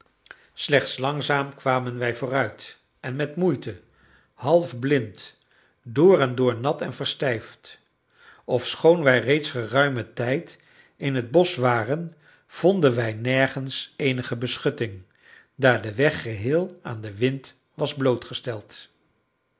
slechts langzaam kwamen wij vooruit en met moeite half blind door-en-door nat en verstijfd ofschoon wij reeds geruimen tijd in het bosch waren vonden wij nergens eenige beschutting daar de weg geheel aan den wind was blootgesteld